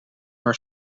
haar